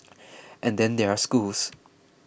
and then there are schools